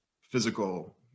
physical